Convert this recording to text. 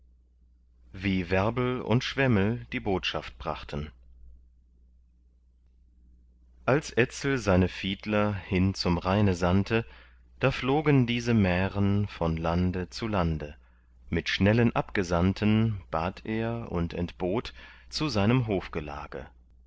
wie werbel und schwemmel die botschaft brachten als etzel seine fiedler hin zum rheine sandte da flogen diese mären von lande zu lande mit schnellen abgesandten bat er und entbot zu seinem